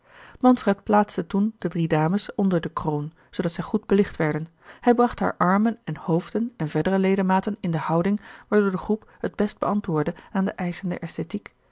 manfred plaatste toen de drie dames onder de kroon zoodat zij goed belicht werden hij bracht hare armen en hoofden en verdere ledematen in de houding waardoor de groep het best beantwoordde aan de eischen der aesthetiek